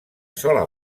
sola